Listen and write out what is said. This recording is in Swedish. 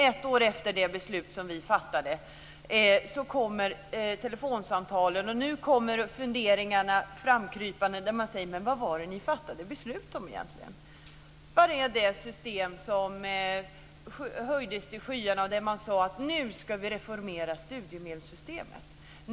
Ett år efter det beslut vi fattade kommer telefonsamtalen. Nu kommer funderingarna framkrypande. Man säger: Vad var det egentligen som ni fattade beslut om? Var det detta system som höjdes till skyarna? Man sade: Nu ska vi reformera studiemedelssystemet.